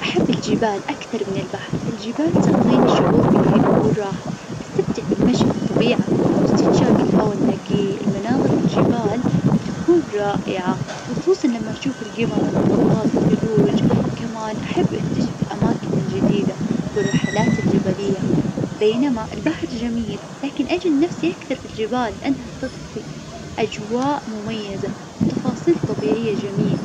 أحب الجبال أكثر من البحر، الجبال تعطيني شعور بالهدوء والراحة، استمتع بالمشي في الطبيعة واستنشاق الهوا النقي. المناظر في الجبال تكون رائعة خصوصا لما أشوف القمم المغطاة بالثلوج. كمان أحب اكتشف الأماكن الجديدة، والرحلات الجبلية، بينما البحر جميل لكن أجد نفسي أكثر في الجبال لأنها تغطي أجواء مميزة، وتفاصيل طبيعية جميلة.